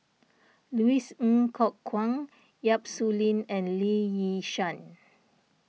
Louis Ng Kok Kwang Yap Su Yin and Lee Yi Shyan